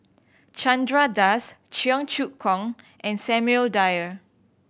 Chandra Das Cheong Choong Kong and Samuel Dyer